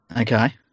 Okay